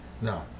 No